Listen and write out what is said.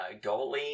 Goalie